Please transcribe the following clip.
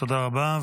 תודה רבה.